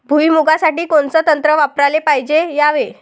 भुइमुगा साठी कोनचं तंत्र वापराले पायजे यावे?